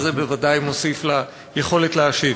וזה בוודאי מוסיף ליכולת להשיב.